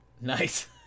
Nice